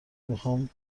میخام